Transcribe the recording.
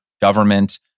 government